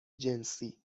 جنسی